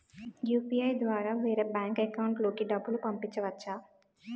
UPI ద్వారా వేరే bank account లోకి డబ్బులు పంపించవచ్చా?